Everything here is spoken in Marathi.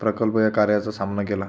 प्रकल्प या कार्याचा सामना केला